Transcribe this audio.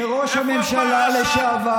איפה הפרשה, שראש הממשלה לשעבר,